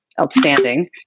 outstanding